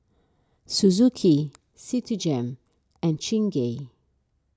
Suzuki Citigem and Chingay